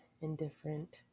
indifferent